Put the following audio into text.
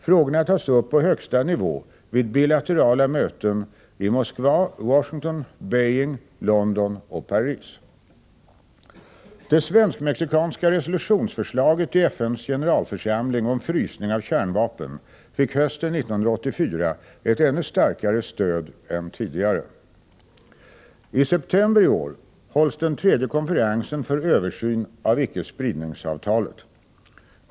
Frågorna tas upp på högsta nivå vid bilaterala möten i Moskva, Washington, Beijing, London och Paris. Det svensk-mexikanska resolutionsförslaget i FN:s generalförsamling om frysning av kärnvapen fick hösten 1984 ett ännu starkare stöd än tidigare. I september i år hålls den tredje konferensen för översyn av ickespridningsavtalet.